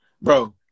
Bro